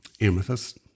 amethyst